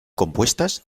compuestas